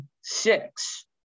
six